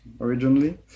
originally